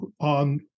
on